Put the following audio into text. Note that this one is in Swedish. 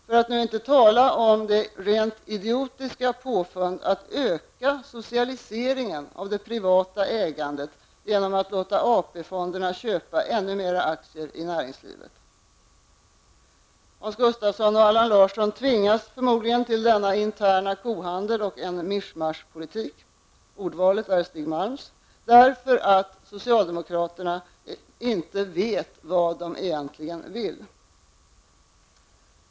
För att nu inte tala om det rent idiotiska påfundet att öka socialiseringen av det privata ägandet genom att låta AP-fonderna köpa ännu mera aktier i näringslivet! Hans Gustafsson och Allan Larsson tvingas förmodligen till denna interna kohandel och en mischmasch-politik -- ordvalet är Stig Malms -- därför att socialdemokraterna inte vet vad de egentligen vill.